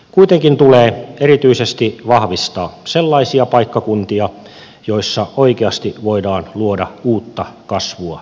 kuitenkin tulee erityisesti vahvistaa sellaisia paikkakuntia joissa oikeasti voidaan luoda uutta kasvua suomelle